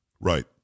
Right